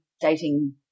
dating